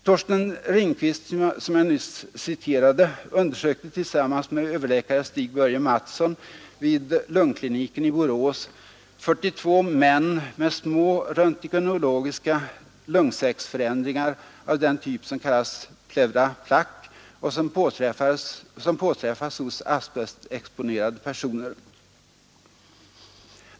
Torsten Ringqvist, som jag nyss citerade, undersökte tillsammans med överläkare Stig-Börje Mattson vid lungkliniken i Borås 42 män med små röntgenologiska lungsäcksförändringar av den typ som kallas pleura plaques och som påträffas hos asbestexponerade personer.